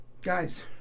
guys